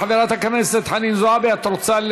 חברת הכנסת חנין זועבי, את רוצה,